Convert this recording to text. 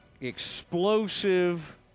explosive